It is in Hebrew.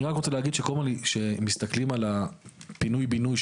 אני רק רוצה להגיד שמסתכלים על פינוי בינוי,